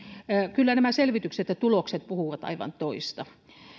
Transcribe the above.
kyllä nämä selvitykset ja tulokset puhuvat aivan toista